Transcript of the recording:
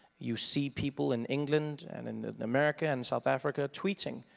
you see people in england and in america and south africa tweeting,